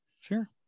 Sure